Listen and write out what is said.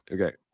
Okay